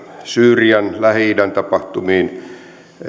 syyrian lähi idän tapahtumiin